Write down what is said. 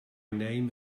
name